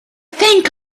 think